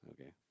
Okay